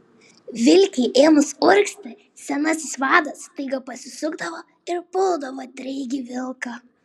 vilkei ėmus urgzti senasis vadas staiga pasisukdavo ir puldavo treigį vilką